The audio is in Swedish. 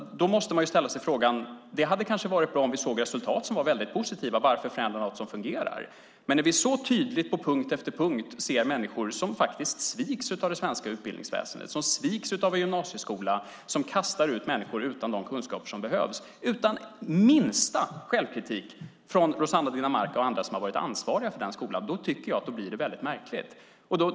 Då måste man säga sig: Det hade kanske varit bra om vi såg resultat som varit väldigt positiva. Varför förändra något som fungerar? Men vi ser så tydligt på punkt efter punkt människor som sviks av det svenska utbildningsväsendet och av en gymnasieskola som kastar ut människor utan de kunskaper som behövs. Det sker utan minsta självkritik från Rossana Dinamarca och andra som har varit ansvariga, och då blir det väldigt märkligt.